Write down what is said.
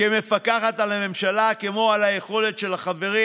כמפקחת על הממשלה כמו על היכולת של החברים